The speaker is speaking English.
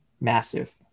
massive